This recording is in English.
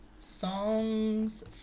Songs